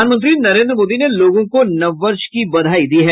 प्रधानमंत्री नरेन्द्र मोदी ने लोगों को नववर्ष की बधाई दी है